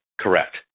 Correct